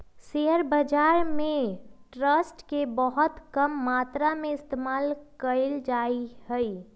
share बाजार में trust के बहुत कम मात्रा में इस्तेमाल कइल जा हई